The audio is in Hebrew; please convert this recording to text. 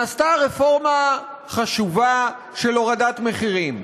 נעשתה רפורמה חשובה של הורדת מחירים.